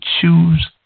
choose